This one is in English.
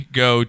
go